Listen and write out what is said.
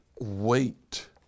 wait